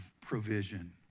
provision